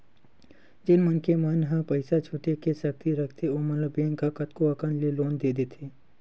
जेन मनखे मन ह पइसा छुटे के सक्ति रखथे ओमन ल बेंक ह कतको अकन ले लोन दे देथे